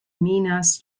minas